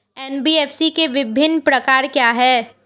NBFC के विभिन्न प्रकार क्या हैं?